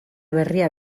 berria